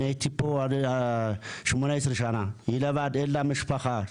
הייתי פה 18 שנה, היא לבד, אין לה משפחה שמה,